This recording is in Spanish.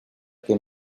que